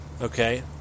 okay